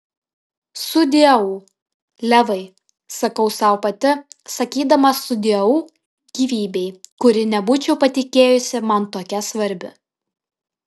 sudieu levai sakau sau pati sakydama sudieu gyvybei kuri nebūčiau patikėjusi man tokia svarbi